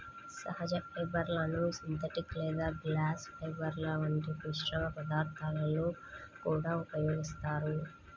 సహజ ఫైబర్లను సింథటిక్ లేదా గ్లాస్ ఫైబర్ల వంటి మిశ్రమ పదార్థాలలో కూడా ఉపయోగిస్తారు